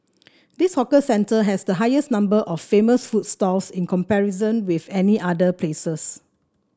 this hawker centre has the highest number of famous food stalls in comparison with any other places